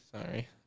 Sorry